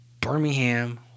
Birmingham